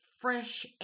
Fresh